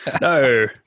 No